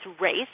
race